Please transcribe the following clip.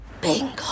Bingo